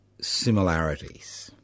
similarities